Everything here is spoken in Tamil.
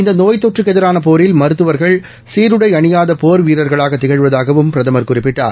இந்த நோய் தொற்றுக் எதிரான போரில் மருத்துவர்கள் சீருடை அணியாத போர் வீரர்களாக திகழ்வதாகவும் பிரதமர் குறிப்பிட்டார்